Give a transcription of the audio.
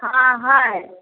हाँ है